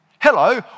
Hello